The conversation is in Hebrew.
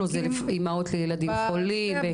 זה אימהות לילדים חולים.